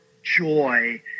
joy